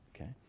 Okay